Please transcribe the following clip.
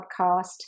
podcast